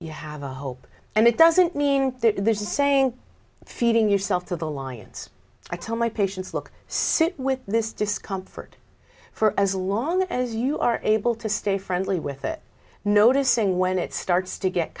you have a hope and it doesn't mean there's a saying feeding yourself to the lions i tell my patients look sit with this discomfort for as long as you are able to stay friendly with it noticing when it starts to get